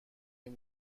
این